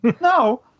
No